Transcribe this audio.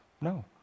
no